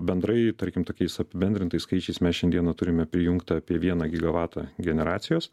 bendrai tarkim tokiais apibendrintais skaičiais mes šiandien turime prijungtą apie vieną gigavatą generacijos